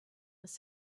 was